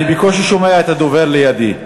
אני בקושי שומע את הדובר לידי.